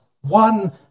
one